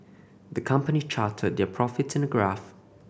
the company charted their profits in a graph